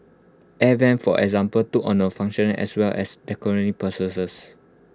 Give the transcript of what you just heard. air Vents for example took on functional as well as decorative